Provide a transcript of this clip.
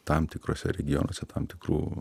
tam tikruose regionuose tam tikrų